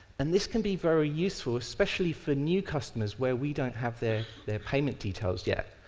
and this can be very useful, especially for new customers where we don't have their their payment details yet.